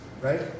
Right